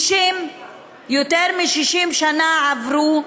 יותר מ-60 שנים עברו,